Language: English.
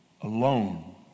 alone